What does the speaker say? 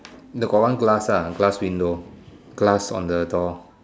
they got one glass ah glass window glass on the door